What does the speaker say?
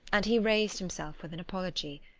and he raised himself with an apology,